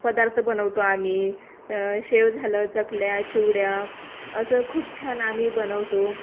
पदार्थ बनवतो आम्ही शेव झालं चकल्या चिवडा असं खूप छान आम्ही बनवतो